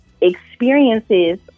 experiences